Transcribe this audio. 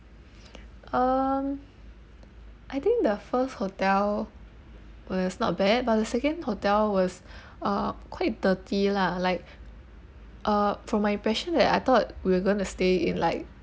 um I think the first hotel was not bad but the second hotel was uh quite dirty lah like uh from my impression that I thought we going to stay in like